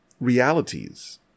realities